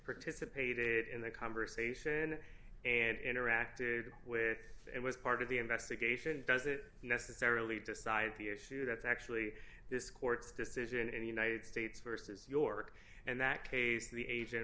participated in the conversation and interacted with it was part of the investigation does it necessarily decide the issue that's actually this court decision in the united states versus york and that case the agent